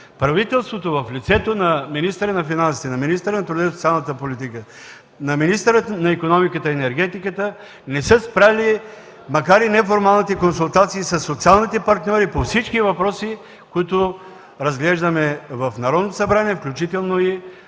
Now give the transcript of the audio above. правителството в лицето на министъра на финансите, на министъра на труда и социалната политика, на министъра на икономиката и енергетиката не са спрели, макар и неформалните консултации със социалните партньори по всички въпроси, които разглеждаме в Народното събрание, включително и